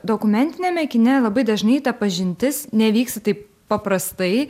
dokumentiniame kine labai dažnai ta pažintis nevyksta taip paprastai